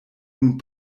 nun